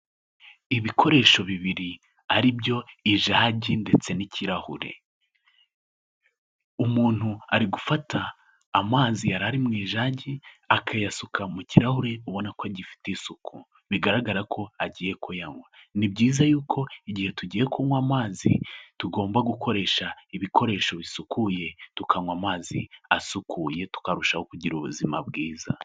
Ibikoresho bibiri ari byo ijagi ndetse n'ikirahure, umuntu ari gufata amazi yari ari mu ijagi akayasuka mu kirahure ubona ko gifite isuku bigaragara ko agiye kuyanywa, ni byiza yuko igihe tugiye kunywa amazi tugomba gukoresha ibikoresho bisukuye tukanywa amazi asukuye tukarushaho kugira ubuzima bwiza.